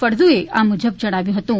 ફળદુએ આ મુજબ જણાવ્યુ હતુ